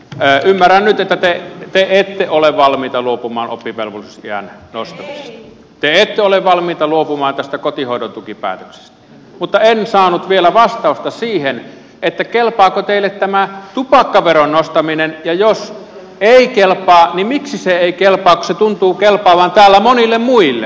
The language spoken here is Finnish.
ymmärrän nyt että te ette ole valmiita luopumaan oppivelvollisuusiän nostamisesta te ette ole valmiita luopumaan tästä kotihoidontukipäätöksestä mutta en saanut vielä vastausta siihen kelpaako teille tämä tupakkaveron nostaminen ja jos ei kelpaa niin miksi se ei kelpaa kun se tuntuu kelpaavan täällä monille muille